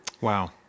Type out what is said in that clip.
wow